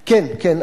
כן, כן.